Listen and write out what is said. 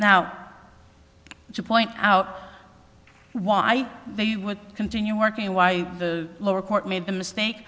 now to point out why they would continue working why the lower court made the mistake